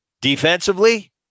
Defensively